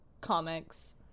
comics